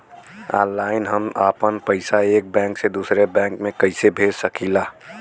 Online हम आपन पैसा एक बैंक से दूसरे बैंक में कईसे भेज सकीला?